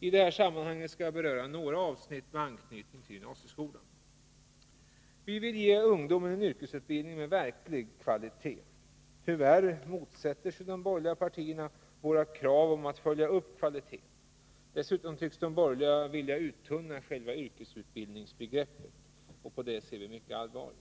I detta sammanhang skall jag beröra några avsnitt med anknytning till gymnasieskolan. Vi socialdemokrater vill ge ungdomen en yrkesutbildning med verklig kvalitet. Tyvärr motsätter sig de borgerliga partierna våra krav om att följa upp kvaliteten. Dessutom tycks de borgerliga vilja uttunna själva yrkesutbildningsbegreppen. På det ser vi mycket allvarligt.